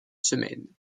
semaine